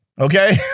Okay